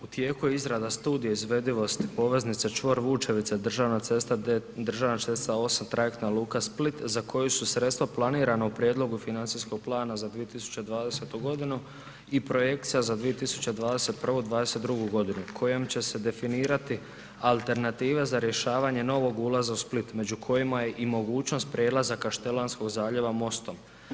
U tijeku je izrada studija izvedivosti poveznice čvor Vučevica, državna cesta D8, trajektna luka Split za koju su sredstva planirana u prijedlogu financijskog plana za 2020. g. i projekcija za 2021. i 2022. g. kojom će se definirati alternative za rješavanje novog ulaza u Split među kojima je i mogućnost prelazaka Kaštelanskoga zaljeva mostom.